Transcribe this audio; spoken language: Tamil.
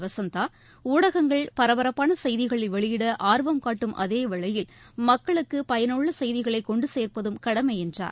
வசந்தா ஊடகங்கள் பரபரப்பான செய்திகளை வெளியிட ஆர்வம் காட்டும் அதேவேளையில் மக்களுக்கு பயனுள்ள செய்திகளை கொண்டு சேர்ப்பதும் கடமை என்றார்